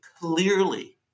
clearly